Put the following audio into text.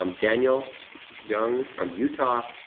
um daniel young from utah,